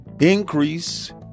increase